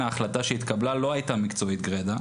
ההחלטה שהתקבלה לא הייתה מקצועית גרידא.